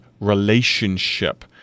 relationship